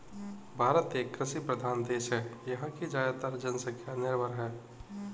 भारत एक कृषि प्रधान देश है यहाँ की ज़्यादातर जनसंख्या निर्भर है